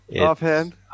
offhand